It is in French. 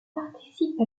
participe